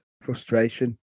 frustration